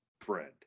friend